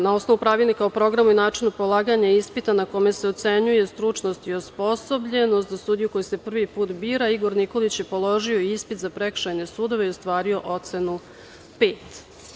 Na osnovu pravilnika o programu i načinu polaganja ispita na kome se ocenjuje stručnost i osposobljenost za sudiju koji se prvi put bira, Igor Nikolić je položio ispit za prekršajne sudove i ostvario ocenu pet.